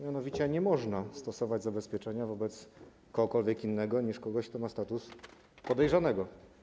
Mianowicie nie można stosować zabezpieczenia wobec kogokolwiek innego niż ktoś, kto ma status podejrzanego.